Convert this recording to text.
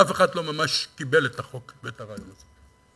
אף אחד לא ממש קיבל את החוק ואת הרעיון הזה.